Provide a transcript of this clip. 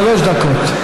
שלוש דקות.